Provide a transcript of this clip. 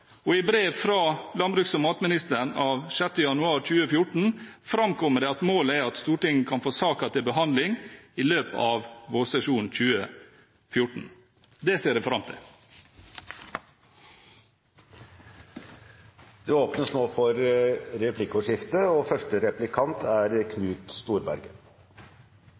og i brev fra landbruks- og matministeren av 6. januar 2014 framkommer det at målet er at Stortinget kan få saken til behandling i løpet av vårsesjonen 2014. Det ser jeg fram til. Det blir åpnet for replikkordskifte. Vi kommer jo tilbake til spørsmålet om prisregulering og